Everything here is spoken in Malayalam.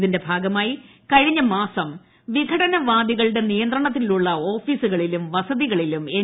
ഇതിന്റെ ഭാഗമായി കഴിഞ്ഞ മാസം വിഘടനവാദികളുടെ നിയന്ത്രണത്തിലുള്ള ഓഫീസുകളിലും വസതികളിലും എൻ